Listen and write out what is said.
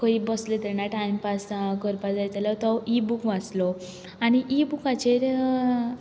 खंय बसलें तेन्ना टायमपास करपाक जाय जाल्यार तो इ बूक वाचलो आनी इ बुकाचेर